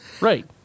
Right